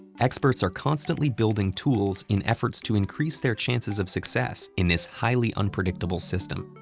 experts are constantly building tools in efforts to increase their chances of success in this highly unpredictable system.